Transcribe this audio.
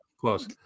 Close